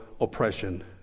oppression